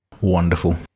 Wonderful